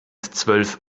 zwölf